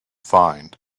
find